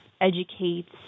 educates